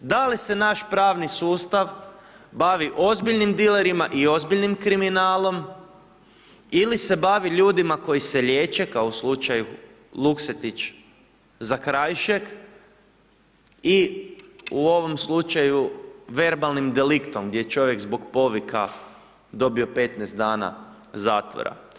Da li se naš pravni sustav bavi ozbiljnim dilerima i ozbiljnim kriminalom ili se bavi ljudima koji se liječe, kao u slučaju Luksetić, Zakrajšek i u ovom slučaju verbalnim deliktom, gdje je čovjek zbog povika dobio 15 dana zatvora?